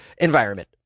environment